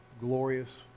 glorious